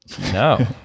no